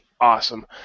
awesome